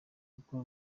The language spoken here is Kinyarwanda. kuko